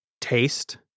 taste